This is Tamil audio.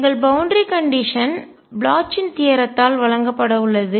எங்கள் பவுண்டரி கண்டிஷன் எல்லை நிபந்தனை ப்ளோச்சின் தியரம்த்தால் தேற்றம் வழங்கப்பட உள்ளது